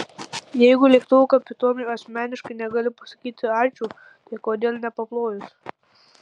jeigu lėktuvo kapitonui asmeniškai negali pasakyti ačiū tai kodėl nepaplojus